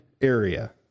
area